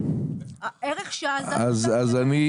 אבל ערך השעה --- לא,